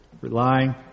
Relying